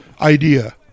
idea